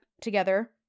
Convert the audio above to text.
Together